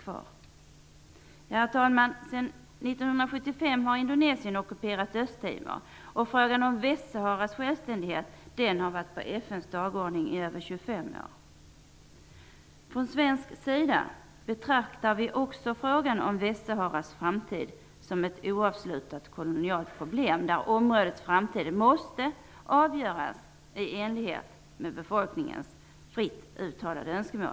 Herr talman! Sedan 1975 har Indonesien ockuperat Östtimor, och frågan om Västsaharas självständighet har varit på FN:s dagordning i över Från svensk sida betraktar vi också frågan om Västsaharas framtid som ett oavslutat kolonialt problem, där områdets framtid måste avgöras i enlighet med befolkningens fritt uttalade önskemål.